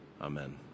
Amen